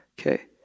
Okay